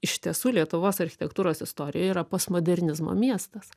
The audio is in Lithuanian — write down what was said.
iš tiesų lietuvos architektūros istorijoj yra post modernizmo miestas